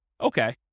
Okay